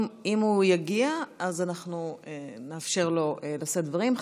אם הוא יגיע, אז אנחנו נאפשר לו לשאת דברים.